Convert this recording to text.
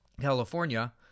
California